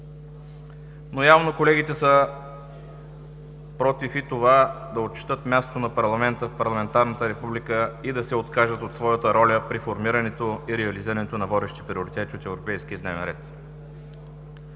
обаче колегите са против това да отчетат мястото на парламента в парламентарната република и да се откажат от своята роля при формирането и реализирането на водещи приоритети от европейския дневен ред.